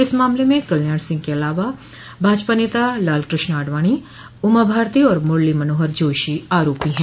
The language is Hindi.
इस मामले में कल्याण सिंह के अलावा भाजपा नेता लालकृष्ण आडवाणी उमा भारती और मुरली मनोहर जोशी आरोपी है